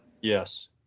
Yes